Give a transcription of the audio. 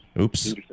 Oops